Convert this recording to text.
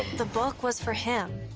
the book was for him.